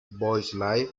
boys